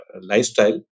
lifestyle